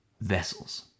vessels